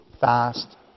fast